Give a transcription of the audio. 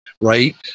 Right